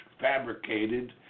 fabricated